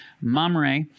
Mamre